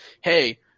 hey